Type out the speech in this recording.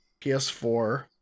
PS4